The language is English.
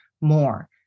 more